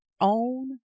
own